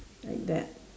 like that